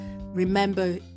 remember